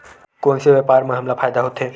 कोन से व्यापार म हमला फ़ायदा होथे?